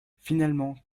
finalement